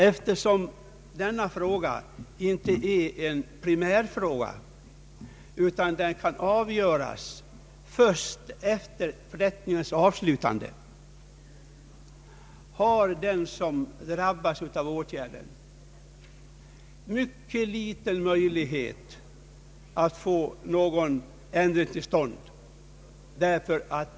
Eftersom denna fråga inte är en primärfråga utan kan avgöras först efter förrättningens avslutande, har den som drabbas av åtgärden inte stora möjligheter att få någon ändring till stånd.